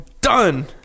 done